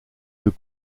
deux